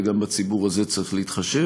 וגם בציבור הזה צריך להתחשב.